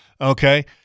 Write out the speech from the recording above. okay